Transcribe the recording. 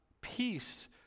peace